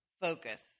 Focus